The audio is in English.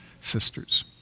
Sisters